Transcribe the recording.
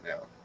now